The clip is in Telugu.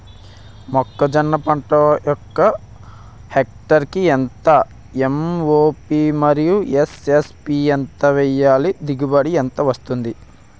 మొక్కజొన్న పంట ఒక హెక్టార్ కి ఎంత ఎం.ఓ.పి మరియు ఎస్.ఎస్.పి ఎంత వేయాలి? దిగుబడి ఎంత వస్తుంది?